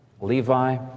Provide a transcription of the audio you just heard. Levi